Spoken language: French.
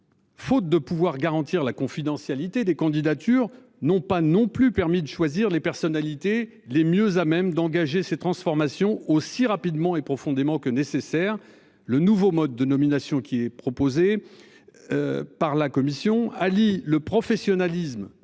Faute de pouvoir garantir la confidentialité des candidatures non pas non plus permis de choisir les personnalités, les mieux à même d'engager ces transformations aussi rapidement et profondément que nécessaire. Le nouveau mode de nomination qui est proposé. Par la Commission Ali le professionnalisme